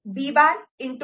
E B'